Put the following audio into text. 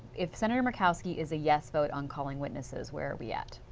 if senator murkowski is a yes vote on calling witnesses, where are we at?